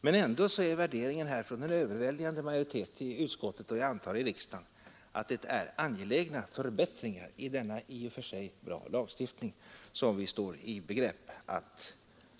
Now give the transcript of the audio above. Men ändå är värderingen från den överväldigande majoriteten i utskottet, och jag antar också i riksdagen, att det är angelägna förbättringar i denna i och för sig bra lagstiftning som riksdagen står i begrepp